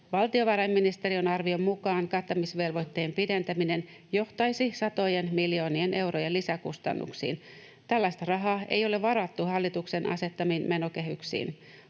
Valtiovarainministeriön arvion mukaan kattamisvelvoitteen pidentäminen johtaisi satojen miljoonien eurojen lisäkustannuksiin. Tällaista rahaa ei ole varattu hallituksen asettamiin menokehyksiin.